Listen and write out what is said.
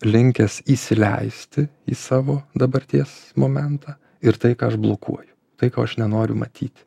linkęs įsileisti į savo dabarties momentą ir tai ką aš blokuoju tai ko aš nenoriu matyti